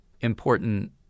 important